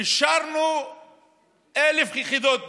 אישרנו 1,000 יחידות דיור,